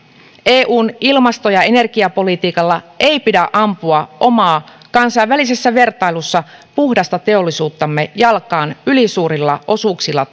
eun ilmasto ja energiapolitiikalla ei pidä ampua omaa kansainvälisessä vertailussa puhdasta teollisuuttamme jalkaan ylisuurilla osuuksilla